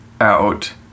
out